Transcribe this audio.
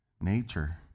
nature